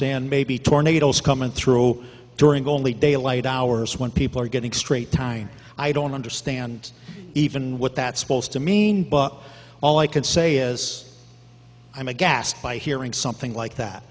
sand maybe tornadoes coming through during only daylight hours when people are getting straight time i don't understand even what that supposed to mean but all i can say is i'm aghast by hearing something like that